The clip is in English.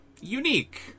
unique